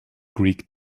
greek